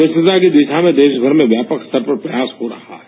स्वच्छता की दिशा में देश भर में व्यापक स्तर पर प्रयास हो रहा है